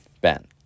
Ben